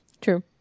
True